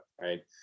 right